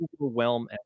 overwhelm